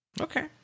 Okay